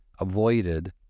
avoided